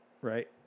right